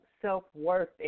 self-worth